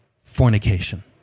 Fornication